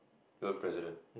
the president